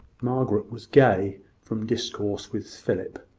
margaret was gay from discourse with philip.